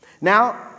Now